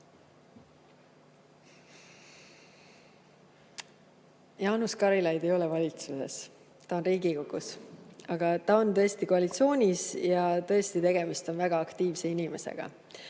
Jaanus Karilaid ei ole valitsuses, ta on Riigikogus. Aga ta on tõesti koalitsioonis ja tõesti on tegemist väga aktiivse inimesega.